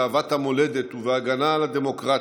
באהבת המולדת ובהגנה על הדמוקרטיה,